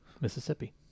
Mississippi